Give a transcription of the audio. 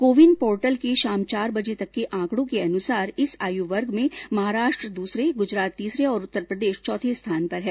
CoWIN portal के शाम चार बजे तक के आंकड़ो के अनुसार इस आयु वर्ग में महाराष्ट्र दूसरे गुजरात तीसरे और उतरप्रदेश चौथे स्थान पर है